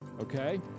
Okay